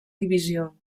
divisió